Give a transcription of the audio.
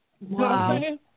Wow